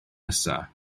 nesaf